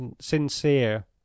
sincere